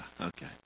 Okay